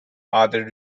other